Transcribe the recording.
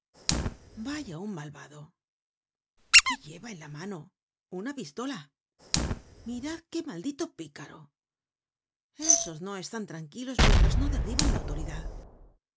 vaya un malvado qué lleva en la mano una pistola mirad qué maldito picaro esos no están tranquilos mientras no derriban la autoridad